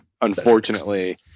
unfortunately